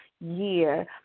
year